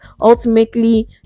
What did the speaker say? ultimately